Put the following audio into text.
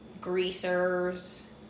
greasers